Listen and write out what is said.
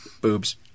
Boobs